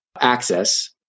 access